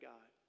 God